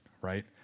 right